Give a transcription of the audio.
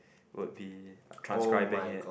would be transcribing it